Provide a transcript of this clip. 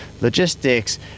logistics